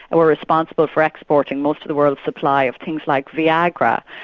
and we're responsible for exporting most of the world's supplies, things like viagra.